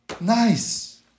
nice